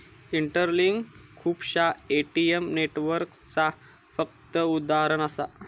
interlink खुपश्या ATM नेटवर्कचा फक्त उदाहरण असा